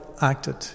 acted